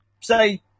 Say